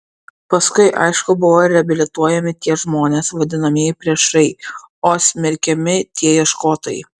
paskui aišku buvo reabilituojami tie žmonės vadinamieji priešai o smerkiami tie ieškotojai